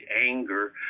anger